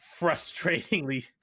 frustratingly